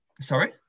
Sorry